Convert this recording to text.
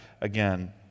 again